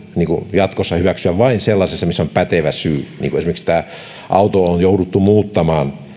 jatkossa hyväksyä vain sellaisessa missä on pätevä syy niin kuin silloin kun autoa esimerkiksi on jouduttu muuttamaan